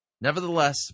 Nevertheless